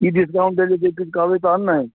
कि डिस्काउन्ट देल जेतै से कहबै तहन ने